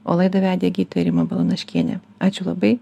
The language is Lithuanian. o laidą vedė gydytoja rima balanaškienė ačiū labai